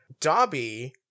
Dobby